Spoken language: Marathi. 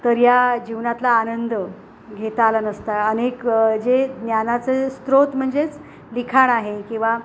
तर या जीवनातला आनंद घेता आला नसता अनेक जे ज्ञानाचे जे स्त्रोत म्हणजेच लिखाण आहे किंवा